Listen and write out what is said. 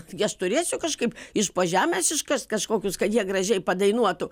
gi aš turėsiu kažkaip iš po žemės iškast kažkokius kad jie gražiai padainuotų